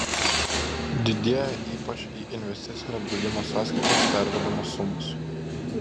didėja ypač į investicinio draudimo sąskaitas pervedamos sumos